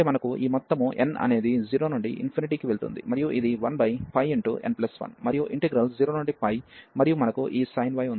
కాబట్టి మనకు ఈ మొత్తము n అనేది 0 నుండి కి వెళుతుంది మరియు ఇది 1πn1 మరియు ఇంటిగ్రల్ 0 నుండి మరియు మనకు ఈ y ఉంది